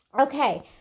Okay